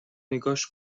نگاش